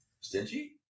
Stingy